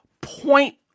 point